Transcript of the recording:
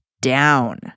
down